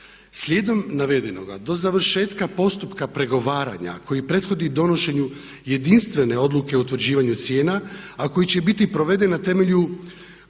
Slijedom navedenoga do završetka postupka pregovaranja koji prethodi donošenju jedinstvene odluke o utvrđivanju cijena a koji će biti proveden na temelju